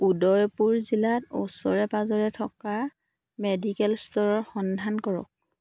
উদয়পুৰ জিলাত ওচৰে পাঁজৰে থকা মেডিকেল ষ্ট'ৰৰ সন্ধান কৰক